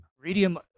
Radium